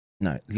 no